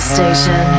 Station